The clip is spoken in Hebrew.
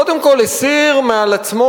קודם כול הסיר מעל עצמו,